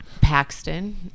Paxton